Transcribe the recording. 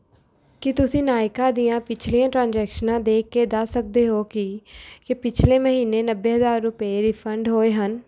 ਕੀ ਤੁਸੀਂਂ ਨਾਇਕਾ ਦੀਆਂ ਪਿਛਲੀਆਂ ਟ੍ਰਾਂਜ਼ੈਕਸ਼ਨਾਂ ਦੇਖ ਕੇ ਦੱਸ ਸਕਦੇ ਹੋ ਕਿ ਕੀ ਪਿਛਲੇ ਮਹੀਨੇ ਨੱਬੇ ਹਜ਼ਾਰ ਰੁਪਏ ਰਿਫੰਡ ਹੋਏ ਹਨ